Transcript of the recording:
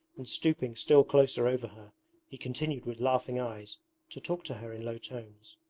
and stooping still closer over her he continued with laughing eyes to talk to her in low tones.